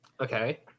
Okay